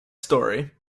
story